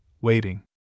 waiting